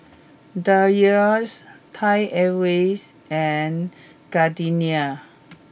Dreyers Thai Airways and Gardenia